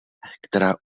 která